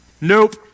Nope